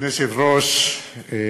אדוני היושב-ראש,